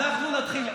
אנחנו נתחיל,